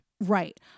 Right